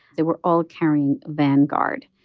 they were all carrying vanguard.